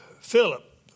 Philip